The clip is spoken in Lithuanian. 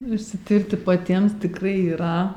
išsitirti patiems tikrai yra